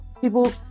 people